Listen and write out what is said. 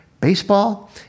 Baseball